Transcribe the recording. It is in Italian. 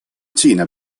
cina